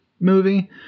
movie